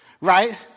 right